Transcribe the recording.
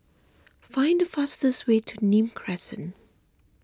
find the fastest way to Nim Crescent